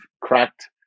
cracked